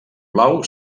blau